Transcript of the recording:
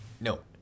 no